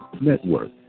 Network